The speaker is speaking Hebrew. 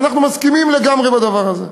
ואנחנו מסכימים לגמרי בדבר הזה.